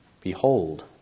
Behold